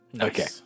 Okay